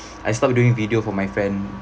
I stopped doing video for my friend